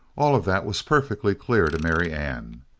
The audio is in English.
all of that was perfectly clear to marianne.